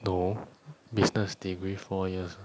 no business degree four years what